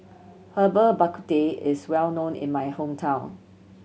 Herbal Bak Ku Teh is well known in my hometown